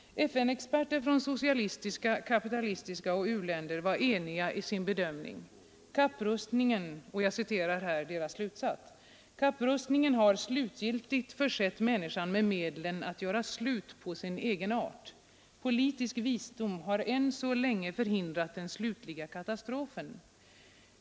FN-experter från socialistiska länder, kapitalistiska länder och u-länder var eniga i sin bedömning: ”Kapprustningen har slutgiltigt försett människan med medlen att göra slut på sin egenart. Politisk visdom har än så länge förhindrat den slutliga katastrofen.